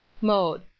Mode